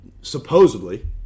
supposedly